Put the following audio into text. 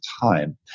time